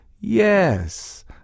Yes